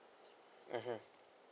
mmhmm